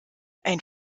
ein